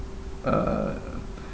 uh